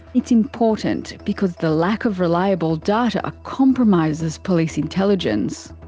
it's important because the lack of reliable data compromises police intelligence.